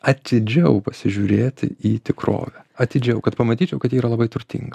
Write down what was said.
atidžiau pasižiūrėti į tikrovę atidžiau kad pamatyčiau kad ji yra labai turtinga